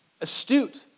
astute